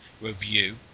review